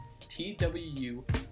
TWU